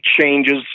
changes